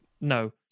no